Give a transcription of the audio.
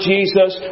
Jesus